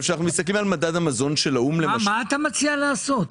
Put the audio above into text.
מה אתה מציע לעשות?